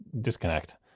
disconnect